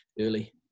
early